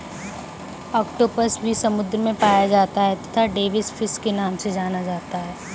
octopus भी समुद्र में पाया जाता है तथा डेविस फिश के नाम से जाना जाता है